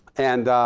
and